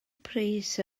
pris